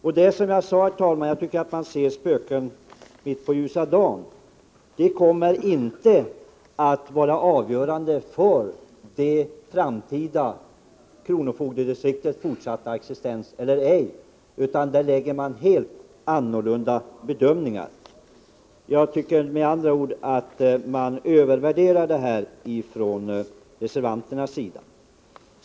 Jag tycker att reservanterna ser spöken mitt på ljusa dagen. Det kommer som sagt inte att vara avgörande för kronofogdedistriktens fortsatta existens, utan de besluten vilar på helt andra bedömningar. Jag tycker med andra ord att reservanterna övervärderar detta.